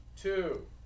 Two